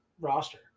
roster